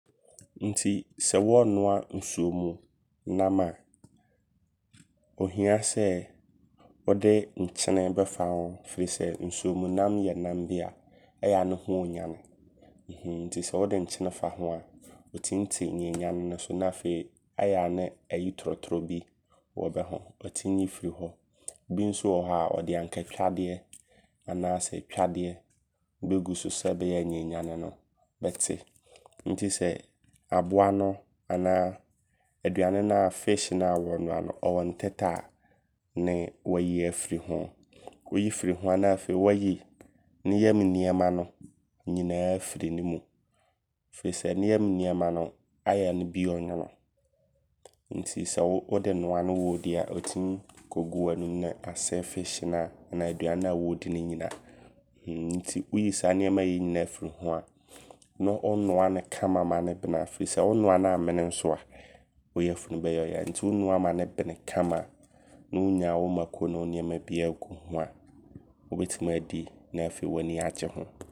Nti sɛ wɔɔnoa nsuomunam a, ɔhia sɛ wode nkyene bɛfa ho. Firi sɛ, nsuomunam yɛ nam bi a, ɔyɛ a ne ho ɔnyane. Ɛhee nti sɛ wode nkyene ne fa ho a, ɔtim te nyanenyane so. Na afei ɛyɛ a ne ayi torotoro bi wɔ bɛho ɔtim yi firi hɔ. Bi nso wɔ hɔ a ɔde ankaatwadeɛ anaa sɛ twadeɛ bɛgu so. Sɛ ɛbɛyɛ a nyanenyane no bɛte. Nti sɛ aboa no anaa aduane na fish na wɔɔnoa no ɔwɔ ntɛtɛ a ne wayi afiri ho. Woyi firi ho a na afei wayi ne nyam nneɛma no nyinaa afiri ne mu. Firi sɛ ne nyam nneɛma no ayaa ne bi ɔnwono. Nti sɛ wode noa ne wɔɔdi a, ɔtim > kɔgu w'anum. Ne asɛe aduane no a wɔɔdi no nyinaa. Hmm nti woyi saa nnoɔma wei nyinaa firi hɔ a ne wonoa no kama. Ma ne bene kama ne wonya wo mako ne wo nneɛma biaa gu hoa wobɛtim aadi. Na afei w'ani agye ho.